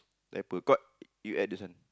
tak correct you add this one